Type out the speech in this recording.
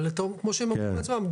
אבל כמו שהם אמרו בעצמם,